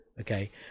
Okay